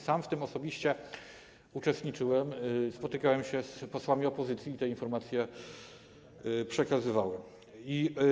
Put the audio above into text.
Sam w tym osobiście uczestniczyłem, spotykałem się z posłami opozycji i te informacje przekazywałem.